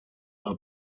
are